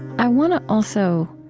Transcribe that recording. i want to, also,